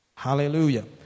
Hallelujah